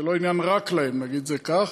זה לא עניין רק להם, נגיד את זה כך,